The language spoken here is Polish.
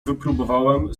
wypróbowałem